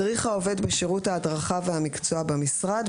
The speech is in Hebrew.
מדריך העובד בשירות ההדרכה והמקצוע במשרד,